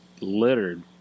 littered